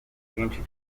bwinshi